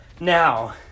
Now